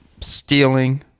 stealing